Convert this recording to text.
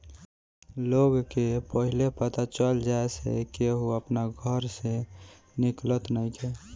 लोग के पहिले पता चल जाए से केहू अपना घर से निकलत नइखे